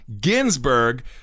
Ginsburg